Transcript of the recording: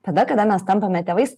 tada kada mes tampame tėvais